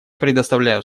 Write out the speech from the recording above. предоставляю